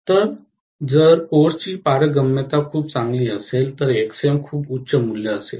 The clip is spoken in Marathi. तर जर कोर्सची पारगम्यता खूप चांगली असेल तर Xm खूप उच्च मूल्य असेल